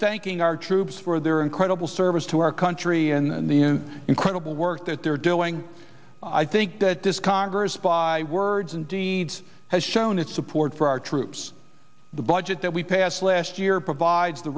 thanking our troops for their incredible sir it is to our country and the incredible work that they're doing i think that this congress by words and deeds has shown its support for our troops the budget that we passed last year provides the